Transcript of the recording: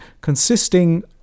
consisting